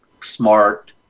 smart